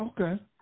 Okay